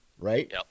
right